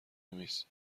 میز